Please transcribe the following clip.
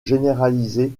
généraliser